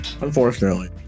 unfortunately